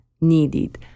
needed